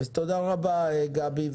תודה רבה, גבי.